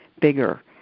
bigger